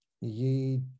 ye